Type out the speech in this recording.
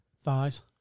Thighs